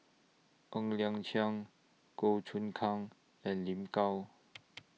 Ng Liang Chiang Goh Choon Kang and Lin Gao